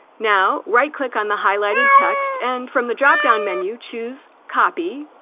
now right-click on the highlighted text and from the drop down menu choose copy